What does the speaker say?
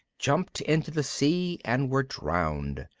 jumped into the sea and were drowned.